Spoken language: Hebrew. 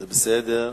זה בסדר,